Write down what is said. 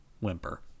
whimper